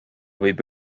võib